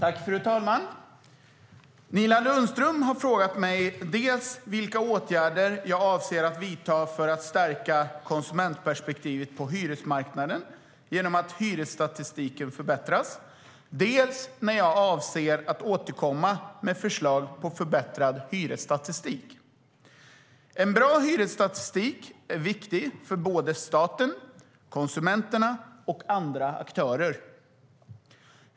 Fru talman! Nina Lundström har frågat mig dels vilka åtgärder jag avser att vidta för att stärka konsumentperspektivet på hyresmarknaden genom att hyresstatistiken förbättras, dels när jag avser att återkomma med förslag på förbättrad hyresstatistik. Bra hyresstatistik är viktig för staten, konsumenterna och andra aktörer.